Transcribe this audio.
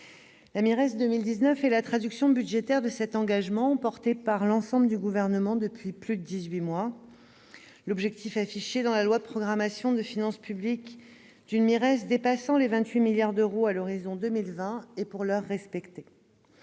ou MIRES, pour 2019 sont la traduction budgétaire de cet engagement, défendu par l'ensemble du Gouvernement depuis plus de dix-huit mois. L'objectif, affiché dans la loi de programmation des finances publiques, d'une MIRES dépassant les 28 milliards d'euros à l'horizon 2020 est pour l'heure respecté.